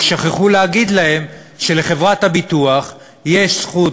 רק שכחו להגיד להם שלחברת הביטוח יש זכות,